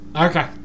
Okay